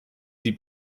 sie